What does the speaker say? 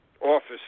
office